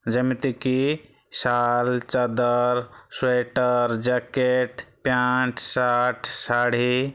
ଯେମିତିକି ଶାଲ୍ ଚଦର ସ୍ଵେଟର ଜ୍ୟାକେଟ୍ ପ୍ୟାଣ୍ଟ ସାର୍ଟ ଶାଢ଼ୀ